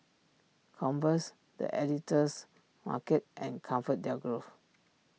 Converse the Editor's Market and ComfortDelGro